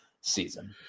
season